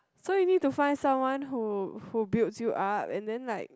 so you need to find someone who who builds you up and then like